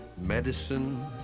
Medicine